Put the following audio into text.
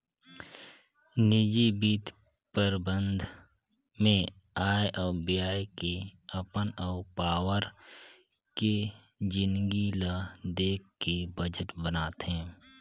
निजी बित्त परबंध मे आय अउ ब्यय के अपन अउ पावार के जिनगी ल देख के बजट बनाथे